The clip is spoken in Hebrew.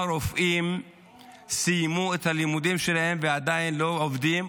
רופאים סיימו את הלימודים שלהם ועדיין לא עובדים,